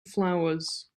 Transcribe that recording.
flowers